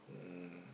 um